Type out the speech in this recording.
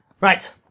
Right